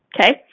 Okay